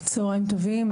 צוהריים טובים,